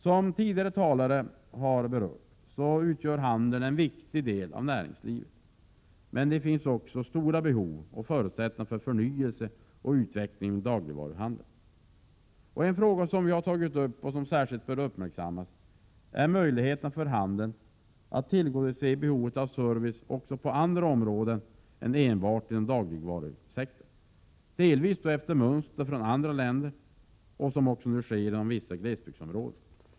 Som tidigare talare har berört, utgör handeln en viktig del av näringslivet, men det finns stora behov av och förutsättningar för förnyelse och utveckling inom dagligvaruhandeln. En fråga som särskilt bör uppmärksammas är möjligheterna för handeln att tillgodose behovet av service också på andra områden än enbart dagligvarusektorn, delvis efter mönster från andra länder och vad som nu sker inom t.ex. vissa glesbygdsområden.